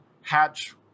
hatch